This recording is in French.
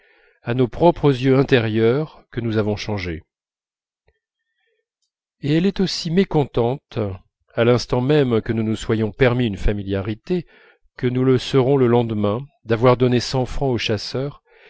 à nos propres yeux intérieurs que nous avons changé et elle est aussi mécontente à l'instant même que nous nous soyons permis une familiarité que nous le serons le lendemain d'avoir donné cent francs au chasseur